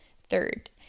Third